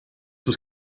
was